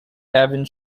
erwin